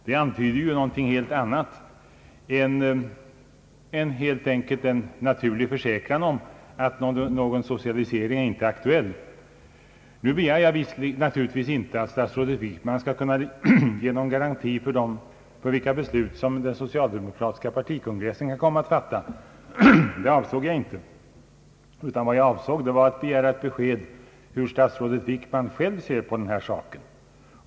Det antyder någonting helt annat än en enkel och naturlig försäkran om att någon socialisering inte är aktuell. Jag begär naturligtvis inte att statsrådet Wickman skall kunna ge någon garanti för vilka beslut som den socialdemokratiska partikongressen kan komma att fatta. Det avsåg jag inte. Vad jag avsåg var att begära ett besked om hur statsrådet Wickman själv ser på denna sak.